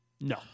no